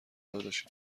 داداشی